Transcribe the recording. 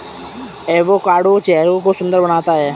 avocado चेहरे को सुंदर बनाता है